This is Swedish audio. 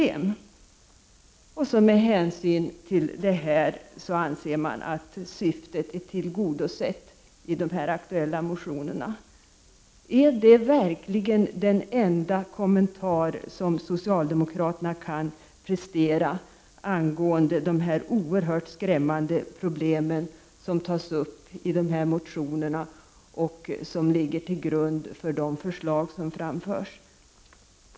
1989/90:26 problem.” Med hänsyn därtill skulle syftet med de aktuella motionerna vara — 15 november 1989 tillgodosett. cr LVR SST Sr dag Är det verkligen den enda kommentar som socialdemokraterna kan prestera angående de oerhört skrämmande problem som tas upp i de här motionerna och som ligger till grund för de förslag som framförs?